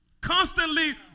Constantly